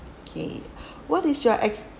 okay what is your ex~